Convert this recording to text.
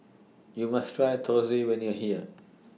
YOU must Try Thosai when YOU Are here